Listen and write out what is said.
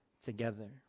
together